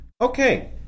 okay